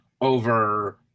over